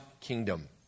kingdom